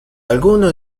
alguno